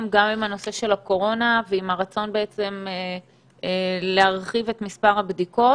גם עם הנושא של הקורונה ועם הרצון להרחיב את מספר הבדיקות,